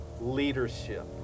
leadership